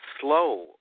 slow